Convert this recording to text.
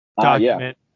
document